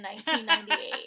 1998